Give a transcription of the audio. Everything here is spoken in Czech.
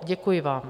Děkuji vám.